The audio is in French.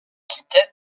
quittait